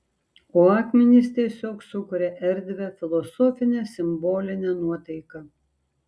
o akmenys tiesiog sukuria erdvią filosofinę simbolinę nuotaiką